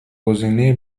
گزینه